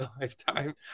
lifetime